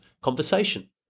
conversation